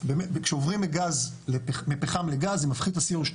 וכשעוברים מפחם לגז זה מפחית את ה-CO2,